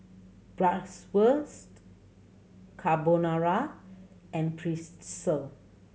Bratwurst Carbonara and Pretzel